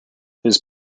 his